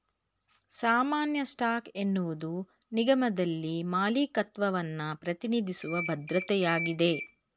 ಸಾಮಾನ್ಯ ಸ್ಟಾಕ್ ಎನ್ನುವುದು ನಿಗಮದಲ್ಲಿ ಮಾಲೀಕತ್ವವನ್ನ ಪ್ರತಿನಿಧಿಸುವ ಭದ್ರತೆಯಾಗಿದೆ